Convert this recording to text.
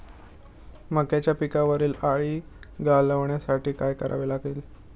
मक्याच्या पिकावरील अळी घालवण्यासाठी काय करावे लागेल?